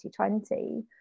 2020